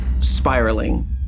spiraling